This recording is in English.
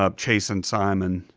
ah chase and simon,